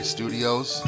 Studios